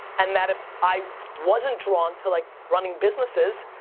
and that if i wasn't drawn to like running businesses,